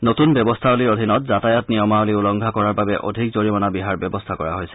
নতুন ব্যৱস্থাৱলীৰ অধীনত যাতায়ত নিয়মাৱলী উলংঘা কৰাৰ বাবে অধিক জৰিমনা বিহাৰ ব্যৱস্থা কৰা হৈছে